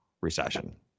recession